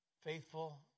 faithful